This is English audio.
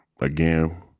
again